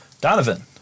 Donovan